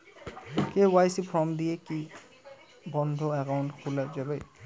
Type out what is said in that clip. KYC form দিয়ে কি বন্ধ একাউন্ট খুলে যাবে?